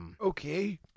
Okay